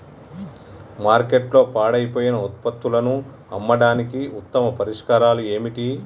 మార్కెట్లో పాడైపోయిన ఉత్పత్తులను అమ్మడానికి ఉత్తమ పరిష్కారాలు ఏమిటి?